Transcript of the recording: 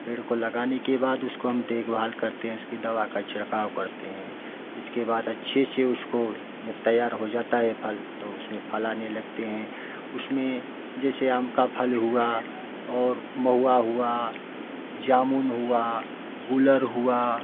पेड़ को लगाने के बाद उसको हम देखभाल करते हैं उसकी दवा का छिड़काव करते हैं इसके बाद अच्छे से उसको जब तैयार हो जाता है फल तो उसमें फल आने लगते हैं उसमें जैसे आम का फल हुआ और महुआ हुआ जामुन हुआ गुड़हल हुआ